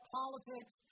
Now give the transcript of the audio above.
politics